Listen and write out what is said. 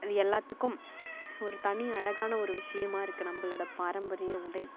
இது எல்லாத்துக்கும் ஒரு தனி அழகான ஒரு விஷயமாக இருக்குது நம்மளோட பாரம்பரிய உடை